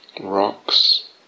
rocks